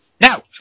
Now